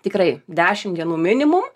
tikrai dešimt dienų minimum